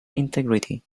integrity